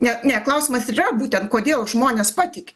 ne ne klausimas ir yra būtent kodėl žmonės patiki